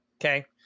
Okay